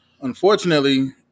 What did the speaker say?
unfortunately